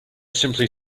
simply